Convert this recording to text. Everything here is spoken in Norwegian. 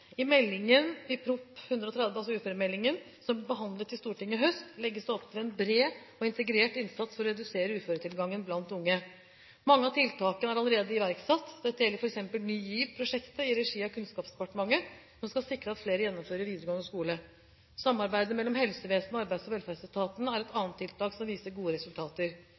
I uføremeldingen, Prop. 130 L for 2010–2011, som ble behandlet i Stortinget i høst, legges det opp til en bred og integrert innsats for å redusere uføretilgangen blant unge. Mange av tiltakene er allerede iverksatt. Dette gjelder f.eks. Ny GIV-prosjektet i regi av Kunnskapsdepartementet, som skal sikre at flere gjennomfører videregående skole. Samarbeidet mellom helsevesenet og Arbeids- og velferdsetaten er et annet tiltak som viser gode resultater.